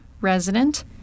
resident